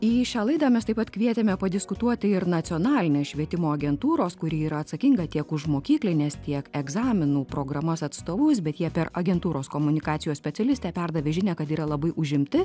į šią laidą mes taip pat kvietėme padiskutuoti ir nacionalinės švietimo agentūros kuri yra atsakinga tiek už mokyklines tiek egzaminų programas atstovus bet jie per agentūros komunikacijos specialistę perdavė žinią kad yra labai užimti